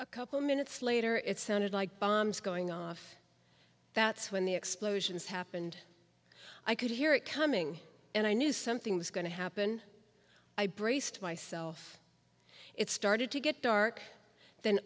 a couple minutes later it sounded like bombs going off that's when the explosions happened i could hear it coming and i knew something was going to happen i braced myself it started to get dark then